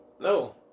No